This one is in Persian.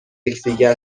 یکدیگر